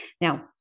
Now